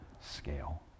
scale